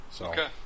Okay